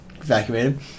Evacuated